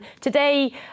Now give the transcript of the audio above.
today